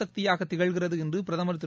சக்தியாக திகழ்கிறது என்று பிரதமர் திரு